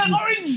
Orange